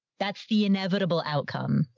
that's the inevitable outcome.